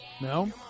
No